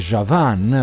Javan